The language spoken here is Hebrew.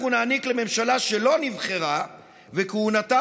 אנחנו נעניק לממשלה שלא נבחרה וכהונתה